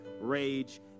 rage